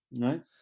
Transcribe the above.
right